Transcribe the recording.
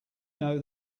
know